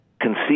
conceive